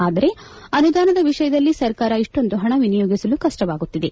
ಆದರೆ ಅನುದಾನದ ವಿಷಯದಲ್ಲಿ ಸರ್ಕಾರ ಇಷ್ಟೊಂದು ಪಣ ನಿಯೋಗಿಸಲು ಕಷ್ಟವಾಗುತ್ತಿದೆ